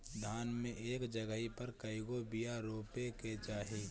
धान मे एक जगही पर कएगो बिया रोपे के चाही?